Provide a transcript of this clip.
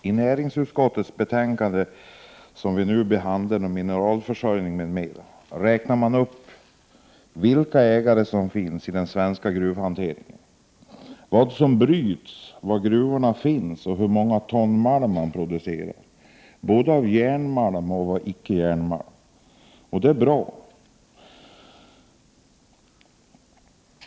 Herr talman! I det betänkande från näringsutskottet om mineralförsörjning m.m. som vi nu behandlar räknar utskottet upp vilka ägare som finns inom den svenska gruvhanteringen, vad som bryts, var gruvorna finns och hur många ton malm — både järnmalm och icke-järnmalm — de producerar. Det är bra.